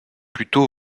pluto